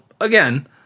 again